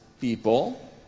people